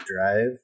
drive